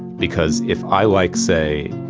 because, if i like say,